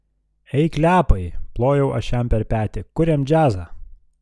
ei klepai plojau aš jam per petį kuriam džiazą